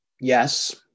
Yes